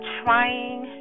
trying